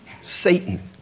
Satan